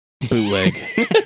bootleg